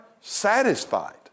satisfied